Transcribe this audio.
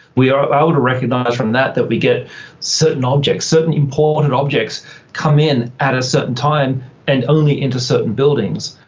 we are able to recognise from that that we get certain objects, certain important and objects come in at a certain time and only into certain buildings.